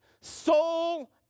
soul